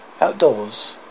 Outdoors